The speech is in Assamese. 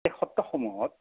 সেই সত্ৰসমূহত